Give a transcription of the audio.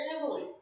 family